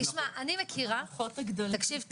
תקשיב טוב,